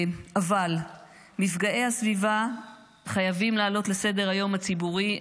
אבל מפגעי הסביבה חייבים לעלות לסדר-היום הציבורי.